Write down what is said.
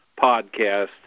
podcast